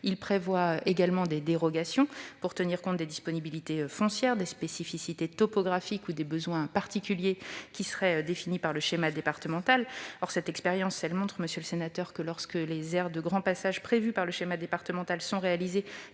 Il prévoit également des dérogations pour tenir compte des disponibilités foncières, des spécificités topographiques ou des besoins particuliers définis par le schéma départemental. L'expérience montre que, lorsque les aires de grand passage prévues par le schéma départemental ont été réalisées,